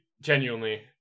genuinely